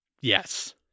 Yes